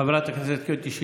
חברת הכנסת קטי שטרית.